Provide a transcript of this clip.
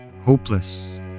Hopeless